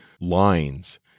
lines